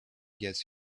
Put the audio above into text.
gets